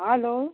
hello